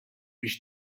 biex